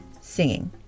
singing